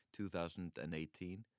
2018